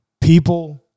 People